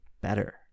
better